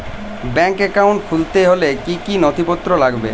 Bank account খুলতে হলে কি কি নথিপত্র লাগবে?